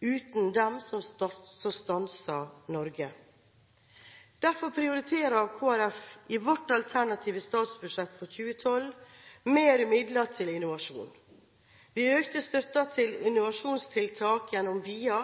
uten dem stanser Norge. Derfor prioriterer Kristelig Folkeparti i sitt alternative statsbudsjett for 2012 mer midler til innovasjon. Vi økte støtten til innovasjonstiltak gjennom BIA,